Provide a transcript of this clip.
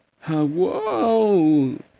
Whoa